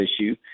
issue